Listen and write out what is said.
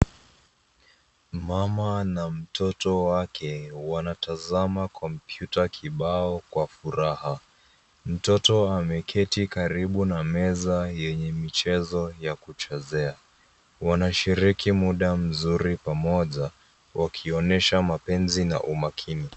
Mama na mtoto wake wanatazama kompyuta kibao kwa furaha. Mtoto ameketi karibu na meza yenye michezo ya kuchezea. Wanashiriki muda mzuri pamoja wakionyesha mapenzi na umakini.